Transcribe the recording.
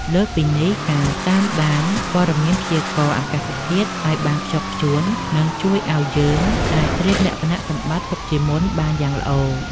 លើសពីនេះ ការតាមដានព័ត៌មានព្យាករណ៍អាកាសធាតុឱ្យបានខ្ជាប់ខ្ជួន នឹងជួយឱ្យយើងអាចត្រៀមលក្ខណៈសម្បត្តិទុកជាមុនបានយ៉ាងល្អ។